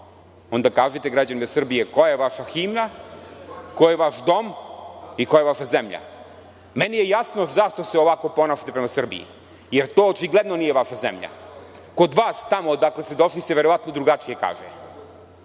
onda kažite građanima Srbije koja je vaša himna, ko je vaš dom i koja je vaša zemlja. Meni je jasno zašto se ovako ponašate prema Srbiji. Jer, to očigledno nije vaša zemlja. Kod vas tamo odakle ste došli se verovatno drugačije kaže.